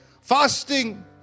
fasting